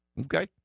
okay